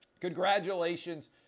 Congratulations